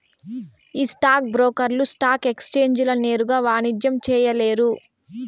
ఈ స్టాక్ బ్రోకర్లు స్టాక్ ఎక్సేంజీల నేరుగా వాణిజ్యం చేయలేరు